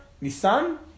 Nisan